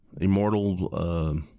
Immortal